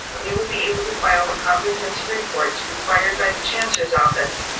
we will be able to file the comprehensive reports required by the chancellor's office,